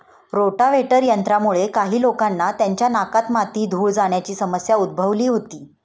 rotavator यंत्रामुळे काही लोकांना त्यांच्या नाकात माती, धूळ जाण्याची समस्या उद्भवली होती